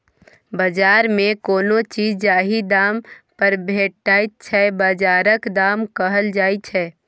बजार मे कोनो चीज जाहि दाम पर भेटै छै बजारक दाम कहल जाइ छै